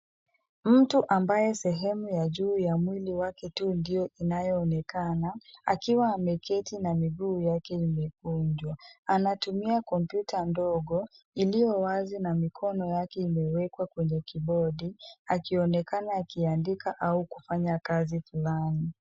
Mtu ambaye sehemu ya juu ya mwili wake tu ndio inayoonekana akiwa ameketi na miguu yake imekunjwa. Anatumia kompyuta ndogo iliyo wazi na mikono yake imewekwa kwenye kibodi akionekana akiandika au kufanya kazi fulani.